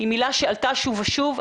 מילה שעלתה שוב ושוב,